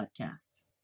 Podcast